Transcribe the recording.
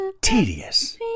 Tedious